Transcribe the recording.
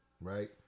right